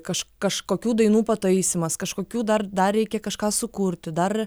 kaž kažkokių dainų pataisymas kažkokių dar dar reikia kažką sukurti dar